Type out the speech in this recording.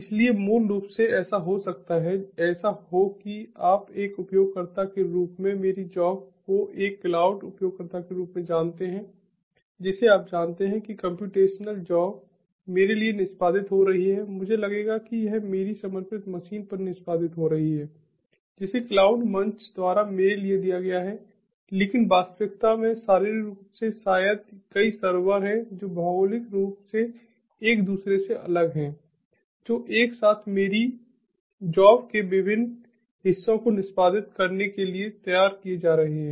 इसलिए मूल रूप से ऐसा हो सकता है ऐसा हो कि आप एक उपयोगकर्ता के रूप में मेरी जॉब को एक क्लाउड उपयोगकर्ता के रूप में जानते हैं जिसे आप जानते हैं कि कम्प्यूटेशनल जॉब मेरे लिए निष्पादित हो रही है मुझे लगेगा कि यह मेरी समर्पित मशीन पर निष्पादित हो रही है जिसे क्लाउड मंच द्वारा मेरे लिए दिया गया है लेकिन वास्तविकता में शारीरिक रूप से शायद कई सर्वर हैं जो भौगोलिक रूप से एक दूसरे से अलग हैं जो एक साथ मेरी नौकरी के विभिन्न हिस्सों को निष्पादित करने के लिए तैयार किए जा रहे हैं